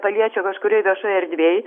paliečia kažkurioj viešoj erdvėj